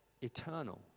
eternal